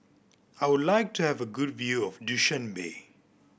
I would like to have a good view of Dushanbe